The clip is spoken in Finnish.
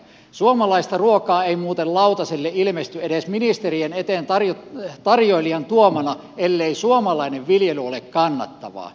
suomalaista ruokaa ei muuten lautaselle ilmesty edes ministerien eteen tarjoilijan tuomana ellei suomalainen viljely ole kannattavaa